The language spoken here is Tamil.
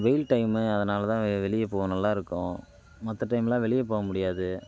வெயில் டைமு அதனால தான் வெளிய போக நல்லா இருக்கும் மற்ற டைம்லாம் வெளிய போக முடியாது